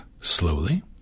slowly